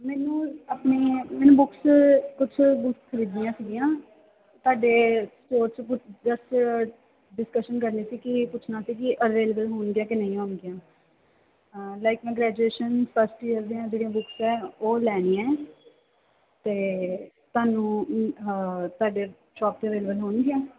ਮੈਨੂੰ ਆਪਣੇ ਮੈਨੂੰ ਬੁੱਕਸ ਕੁਛ ਬੁੱਕਸ ਖਰੀਦੀਆਂ ਸੀਗੀਆਂ ਤੁਹਾਡੇ ਸਟੋਰ 'ਚ ਕੁਝ ਜਸਟ ਡਿਸਕਸ਼ਨ ਕਰਨੀ ਸੀ ਕਿ ਪੁੱਛਣਾ ਸੀ ਕਿ ਇਹ ਅਵੇਲੇਬਲ ਹੋਣਗੀਆਂ ਜਾਂ ਨਹੀਂ ਹੋਣਗੀਆਂ ਲਾਈਕ ਮੈਂ ਗ੍ਰੈਜੂਏਸ਼ਨ ਫਸਟ ਈਅਰ ਦੀਆਂ ਜਿਹੜੀਆਂ ਬੁੱਕਸ ਆ ਉਹ ਲੈਣੀਆਂ ਅਤੇ ਤੁਹਾਨੂੰ ਤੁਹਾਡੀ ਸ਼ੋਪ 'ਤੇ ਅਵੇਲੇਬਲ ਹੋਣਗੀਆਂ